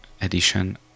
edition